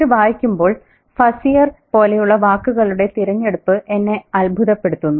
ഇത് വായിക്കുമ്പോൾ ഫസിയർ പോലെയുള്ള വാക്കുകളുടെ തിരഞ്ഞെടുപ്പ് എന്നെ അദ്ഭുതപ്പെടുത്തുന്നു